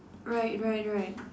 right right right